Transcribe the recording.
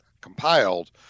compiled